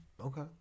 Okay